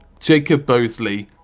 jacob bosley,